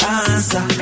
answer